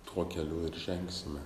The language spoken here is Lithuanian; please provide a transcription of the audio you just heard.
tuo keliu ir žengsime